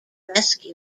rescue